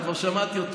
אני כבר שמעתי אותו.